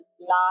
last